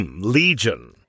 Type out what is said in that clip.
legion